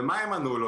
ומה הם ענו לו?